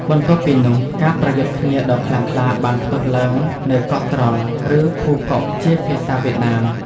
បន្ទាប់ពីនោះ ការប្រយុទ្ធគ្នាដ៏ខ្លាំងក្លាបានផ្ទុះឡើងនៅកោះត្រល់ ឬភូកុក ជាភាសាវៀតណាម។